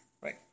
Right